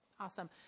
Awesome